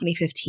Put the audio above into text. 2015